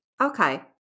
Okay